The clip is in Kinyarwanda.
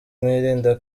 mwirinda